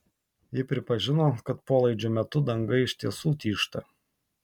ji pripažino kad polaidžio metu danga iš tiesų tyžta